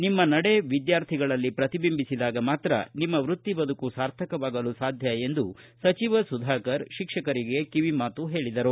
ನಿಮ್ಮ ನಡೆ ವಿದ್ಕಾರ್ಥಿಗಳಲ್ಲಿ ಪ್ರತಿಬಿಂಬಿಸಿದಾಗ ಮಾತ್ರ ನಿಮ್ಮ ವೃತ್ತಿ ಬದುಕು ಸಾರ್ಥಕವಾಗಲು ಸಾಧ್ಯ ಎಂದು ಸಚಿವ ಸುಧಾಕರ ಹೇಳಿದರು